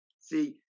See